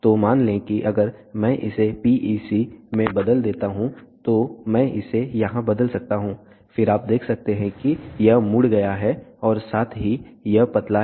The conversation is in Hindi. तो मान लें कि अगर मैं इसे PEC में बदल देता हूं तो मैं इसे यहां बदल सकता हूं फिर आप देख सकते हैं कि यह मुड़ गया है और साथ ही यह पतला है